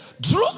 drew